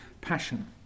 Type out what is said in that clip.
Passion